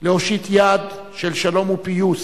להושיט יד של שלום ופיוס,